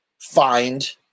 find